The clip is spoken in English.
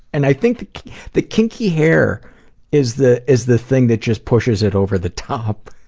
and i think the kinky hair is the is the thing that just pushes it over the top.